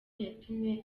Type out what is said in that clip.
yatumye